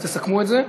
אז תסכמו את זה.